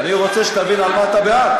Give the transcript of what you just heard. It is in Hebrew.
אני רוצה שתבין על מה אתה בעד.